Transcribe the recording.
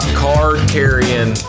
card-carrying